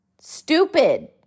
stupid